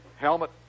helmet